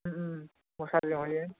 मोसारिजों हयो